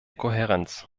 kohärenz